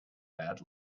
bad